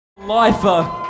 lifer